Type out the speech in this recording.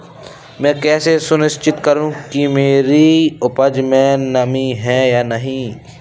मैं कैसे सुनिश्चित करूँ कि मेरी उपज में नमी है या नहीं है?